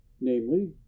namely